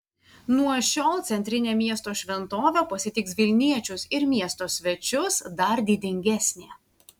nuo šiol centrinė miesto šventovė pasitiks vilniečius ir miesto svečius dar didingesnė